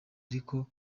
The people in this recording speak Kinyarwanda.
ariko